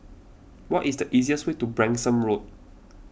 what is the easiest way to Branksome Road